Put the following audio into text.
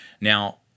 Now